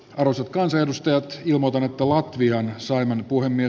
ruusut kansanedustajat ja muut ovat viimein saimme puolemme